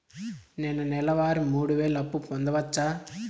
నేను నెల వారి మూడు వేలు అప్పు పొందవచ్చా?